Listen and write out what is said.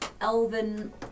elven